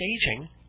staging